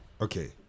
Okay